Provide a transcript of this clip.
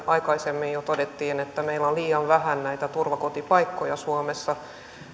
aikaisemmin todettiin että meillä on liian vähän näitä turvakotipaikkoja suomessa